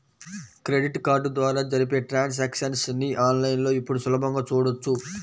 credit card ద్వారా జరిపే transactions ని ఆన్ లైన్ లో ఇప్పుడు సులభంగా చూడొచ్చు